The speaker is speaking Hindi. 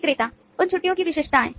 विक्रेता उन छुट्टियो की विशेषताएं